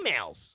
emails